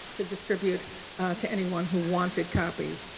to distribute to anyone who wanted copies.